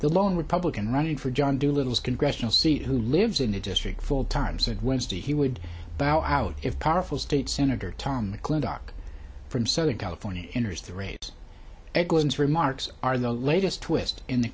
the lone republican running for john doolittle's congressional seat who lives in the district full time said wednesday he would bow out if powerful state senator tom mcclintock from southern california enters the rate edwin's remarks are the latest twist in